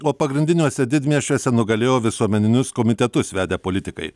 o pagrindiniuose didmiesčiuose nugalėjo visuomeninius komitetus vedę politikai